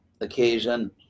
occasion